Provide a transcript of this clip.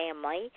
family